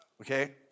Okay